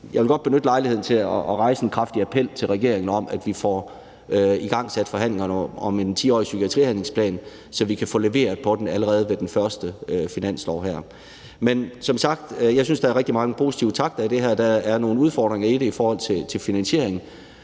jeg vil godt benytte lejligheden til at rejse en kraftig appel til regeringen om, at vi får igangsat forhandlingerne om en 10-årig psykiatrihandlingsplan, så vi kan få leveret på den allerede ved den første finanslov her. Men som sagt synes jeg, at der er rigtig mange positive takter i det her, og der er nogle udfordringer i det i forhold til finansieringen